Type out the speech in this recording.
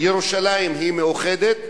ירושלים היא מאוחדת?